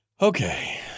Okay